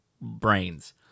brains